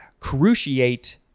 cruciate